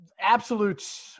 absolute